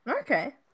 okay